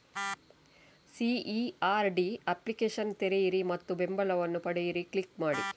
CERD application ತೆರೆಯಿರಿ ಮತ್ತು ಬೆಂಬಲವನ್ನು ಪಡೆಯಿರಿ ಕ್ಲಿಕ್ ಮಾಡಿ